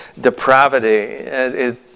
depravity